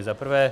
Za prvé.